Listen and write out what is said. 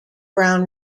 brown